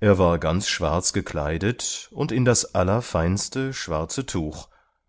er war ganz schwarz gekleidet und in das allerfeinste schwarze tuch